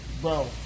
Bro